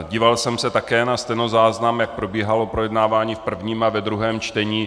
Díval jsem se také na stenozáznam, jak probíhalo projednávání v prvním a ve druhém čtení.